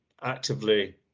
actively